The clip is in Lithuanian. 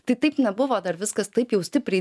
tai taip nebuvo dar viskas taip jau stipriai